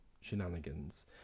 shenanigans